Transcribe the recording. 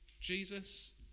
Jesus